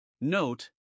Note